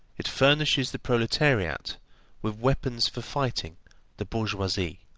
it furnishes the proletariat with weapons for fighting the bourgeoisie.